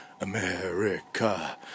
America